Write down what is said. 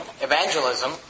evangelism